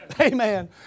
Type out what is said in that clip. Amen